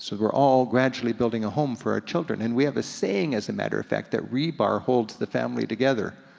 so we're all gradually building a home for our children. and we have a saying, as a matter of fact, that rebar holds the family together.